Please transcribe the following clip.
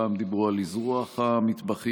פעם דיברו על אזרוח המטבחים,